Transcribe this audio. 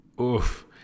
Oof